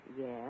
Yes